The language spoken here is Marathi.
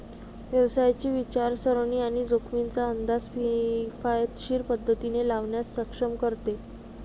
व्यवसायाची विचारसरणी आणि जोखमींचा अंदाज किफायतशीर पद्धतीने लावण्यास सक्षम करते